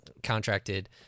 contracted